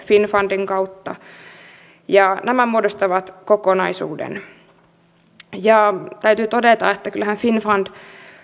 finnfundin kautta nämä muodostavat kokonaisuuden täytyy todeta että kyllähän finnfundkin